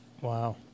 wow